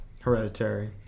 hereditary